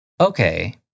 Okay